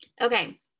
Okay